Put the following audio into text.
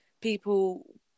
people